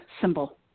symbol